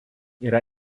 yra